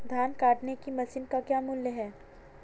घास काटने की मशीन का मूल्य क्या है?